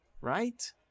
right